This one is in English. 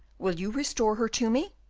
will you restore her to me?